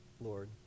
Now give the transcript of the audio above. Lord